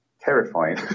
terrifying